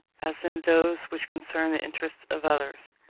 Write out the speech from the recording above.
as in those which concern the interests of others.